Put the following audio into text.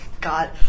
God